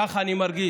כך אני מרגיש,